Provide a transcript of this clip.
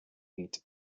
eight